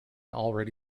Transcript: already